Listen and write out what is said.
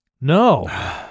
No